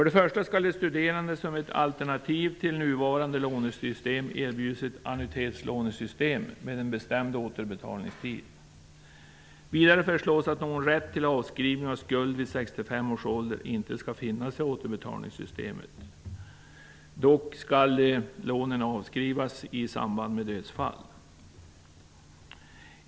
De studerande skall som ett alternativ till nuvarande lånesystem erbjudas ett annuitetslånesystem med en bestämd återbetalningstid. Vidare föreslås ett återbetalningssystem som inte ger rätt till avskrivning av skuld vid 65 års ålder. Dock skall lånen avskrivas i samband med dödsfall.